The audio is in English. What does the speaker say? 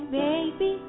baby